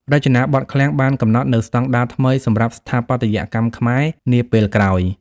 រចនាបថឃ្លាំងបានកំណត់នូវស្តង់ដារថ្មីសម្រាប់ស្ថាបត្យកម្មខ្មែរនាពេលក្រោយ។